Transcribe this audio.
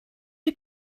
you